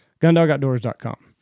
Gundogoutdoors.com